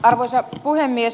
arvoisa puhemies